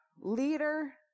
leader